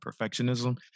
perfectionism